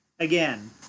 Again